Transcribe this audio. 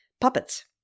puppets